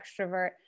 extrovert